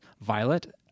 Violet